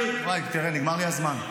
ויי, תראה, נגמר לי הזמן.